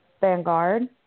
Vanguard